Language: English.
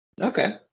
Okay